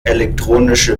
elektronische